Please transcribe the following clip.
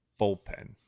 bullpen